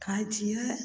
खाय छियै